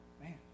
man